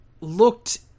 looked